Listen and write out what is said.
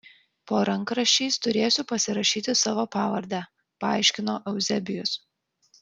po rankraščiais turėsiu pasirašyti savo pavardę paaiškino euzebijus